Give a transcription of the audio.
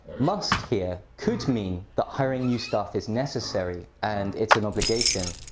must here could mean that hiring new staff is necessary, and it's an obligation,